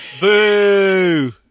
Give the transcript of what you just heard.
Boo